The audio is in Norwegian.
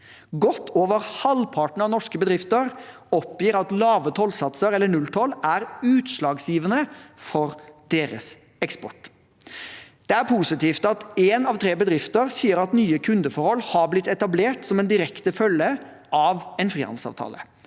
Godt over halvparten av norske bedrifter oppgir at lave tollsatser eller null toll er utslagsgivende for deres eksport. Det er positivt at én av tre bedrifter sier at nye kundeforhold har blitt etablert som en direkte følge av en frihandelsavtale.